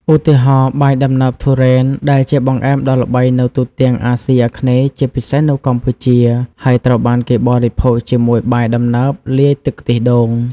ឧទាហរណ៍ បាយដំណើបទុរេន ដែលជាបង្អែមដ៏ល្បីនៅទូទាំងអាស៊ីអាគ្នេយ៍ជាពិសេសនៅកម្ពុជា ហើយត្រូវបានគេបរិភោគជាមួយបាយដំណើបលាយទឹកខ្ទិះដូង។